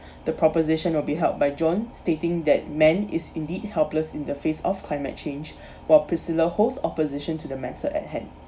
the proposition will be held by john stating that men is indeed helpless in the face of climate change while priscilla host opposition to the matter at hand